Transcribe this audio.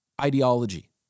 ideology